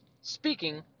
speaking